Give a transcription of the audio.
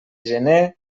gener